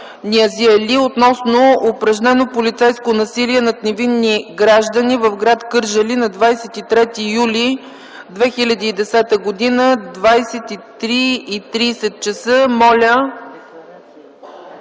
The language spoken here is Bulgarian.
Неджми Али относно упражнено полицейско насилие над невинни граждани в гр. Кърджали на 23 юли 2010 г., 23,30 ч. Преди